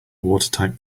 watertight